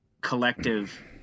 collective